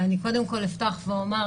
אני קודם כל אפתח ואומר,